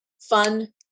fun